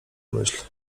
myśl